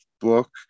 book